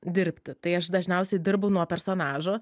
dirbti tai aš dažniausiai dirbu nuo personažo